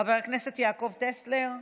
חבר הכנסת יעקב טסלר,